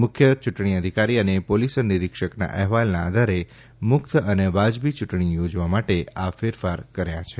મુખ્ય યુંટણી અધિકારી અને પોલીસ નીરીક્ષકના અહેવાલના આધારે મુકત અને વાજબી યુંટણી યોજવા માટે આ ફેરફાર કર્યા છે